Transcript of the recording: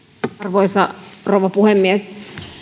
arvoisa rouva puhemies